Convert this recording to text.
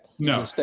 No